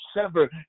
sever